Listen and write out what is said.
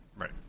Right